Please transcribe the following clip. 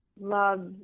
love